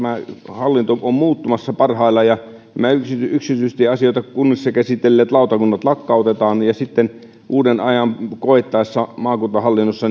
hallinto on muuttumassa parhaillaan ja näitä yksityistieasioita kunnissa käsitelleet lautakunnat lakkautetaan ja sitten uuden ajan koittaessa maakuntahallinnossa